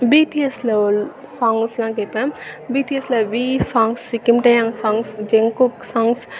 பிடிஎஸ்ஸில் ஓட் சாங்கஸ் எல்லாம் கேட்பேன் பிடிஎஸ்ஸில் வி சாங்க்ஸ் சிகிம்டேயோங் சாங்ஸ் ஜங்குக் சாங்ஸ்